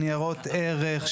ניירות ערך,